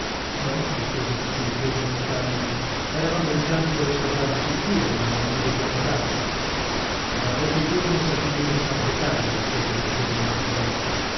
no rispose tuccio di credi ammiccandogli eravamo entrati per osservar le pitture ma non ne vediamo traccia da pochi giorni s'è finito di fabbricare rispose cortesemente il vecchio